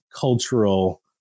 cultural